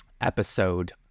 episode